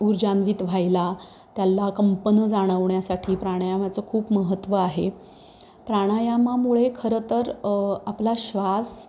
ऊर्जान्वित व्हायला त्याला कंपनं जाणवण्यासाठी प्राणायामाचं खूप महत्त्व आहे प्राणायामामुळे खरंतर आपला श्वास